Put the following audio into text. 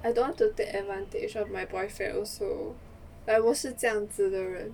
I don't want to take advantage of my boyfriend also like 我是这样子的人